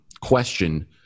question